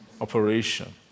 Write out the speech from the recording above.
operation